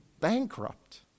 bankrupt